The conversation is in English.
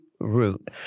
root